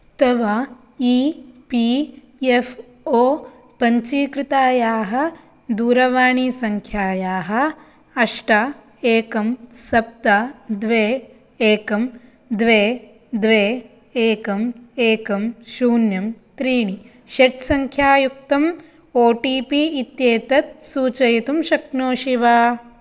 तव E P F O पञ्जीकृतायाः दूरवाणीसङ्ख्यायाः अष्ट एकं सप्त द्वे एकं द्वे द्वे एकं एकं शून्यं त्रीणि षट्सङ्ख्यायुक्तम् ओ टी पी इत्येतत् सूचयितुं शक्नोषि वा